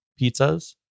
pizzas